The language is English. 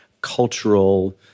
cultural